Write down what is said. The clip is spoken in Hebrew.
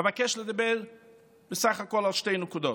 אבקש לדבר בסך הכול על שתי נקודות: